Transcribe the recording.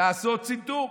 לעשות צנתור,